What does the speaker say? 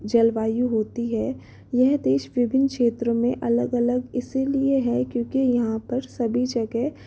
जलवायु होती है यह देश विभिन्न क्षेत्रों में अलग अलग इसीलिए है क्योंकि यहाँ पर सभी जगह